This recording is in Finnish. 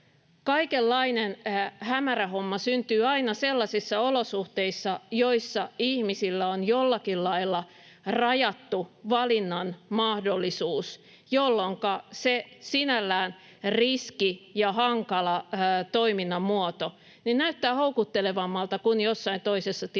Kaikenlainen hämärähomma syntyy aina sellaisissa olosuhteissa, joissa ihmisillä on jollakin lailla rajattu valinnanmahdollisuus, jolloinka sinällään se riski ja hankala toiminnan muoto näyttävät houkuttelevemmilta kuin jossain toisessa tilanteessa.